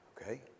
Okay